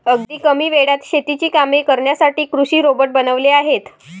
अगदी कमी वेळात शेतीची कामे करण्यासाठी कृषी रोबोट बनवले आहेत